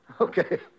Okay